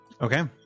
Okay